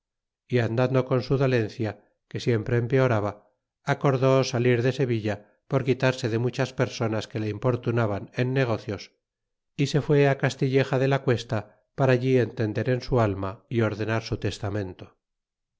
y andando con su dolencia que siempre empeoraba acordó salir dd sevilla por quitarse de muchas personas que le importunaban en negocios y se fue castilleja de la cuesta para allí entender en so alma y ordenar su testamento